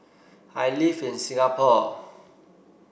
I live in Singapore